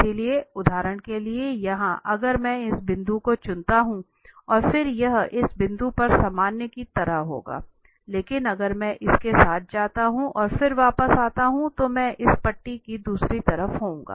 इसलिए उदाहरण के लिए यहां अगर मैं इस बिंदु को चुनता हूं और फिर यह इस बिंदु पर सामान्य की तरह होगा लेकिन अगर मैं इसके साथ जाता हूं और फिर वापस आता हूं तो मैं इस पट्टी के दूसरी तरफ होऊंगा